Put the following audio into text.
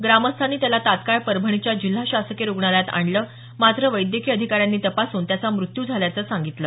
ग्रामस्थांनी त्याला तत्काळ परभणीच्या जिल्हा शासकीय रुग्णालयात आणलं मात्र वैद्यकीय अधिकाऱ्यांनी तपासून त्याचा मृत्यू झाल्याचं सांगितलं